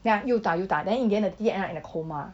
ya 又打又打 then in end the 弟弟 end up in a coma